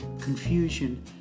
confusion